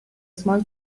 small